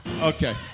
okay